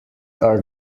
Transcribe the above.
are